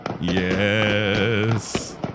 Yes